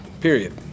period